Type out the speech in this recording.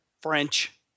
French